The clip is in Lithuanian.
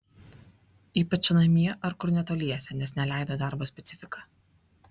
ypač namie ar kur netoliese nes neleido darbo specifika